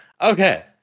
Okay